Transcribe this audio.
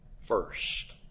first